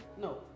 No